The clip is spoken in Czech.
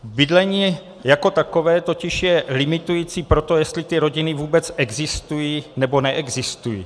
Bydlení jako takové je totiž limitující pro to, jestli ty rodiny vůbec existují nebo neexistují.